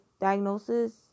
diagnosis